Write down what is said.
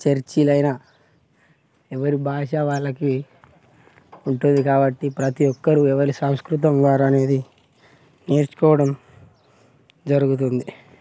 చర్చిలైన ఎవరి భాష వాళ్లకి ఉంటుంది కాబట్టి ప్రతి ఒక్కరు ఎవరి సంస్కృతం వారనేది నేర్చుకోవడం జరుగుతుంది